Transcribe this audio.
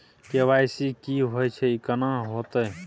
KYC की होय छै, ई केना होयत छै?